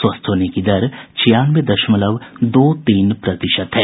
स्वस्थ होने की दर छियानवे दशमलव दो तीन प्रतिशत है